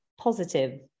positive